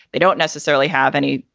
they don't necessarily have any,